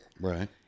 Right